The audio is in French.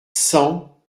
cent